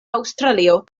aŭstralio